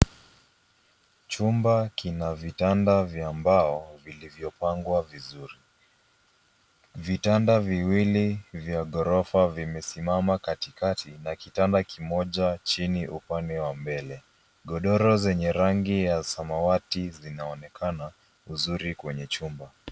Chumba kina vitanda vya mbao, vilivyopangwa vizuri. Vitanda viwili vya ghorofa vimesimama katikati na kitanda kimoja chini upande wa mbele. Godoro zenye rangi ya samawati zinaonekana, uzuri kwenye chumba.